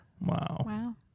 Wow